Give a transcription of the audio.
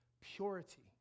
purity